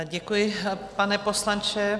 Děkuji, pane poslanče.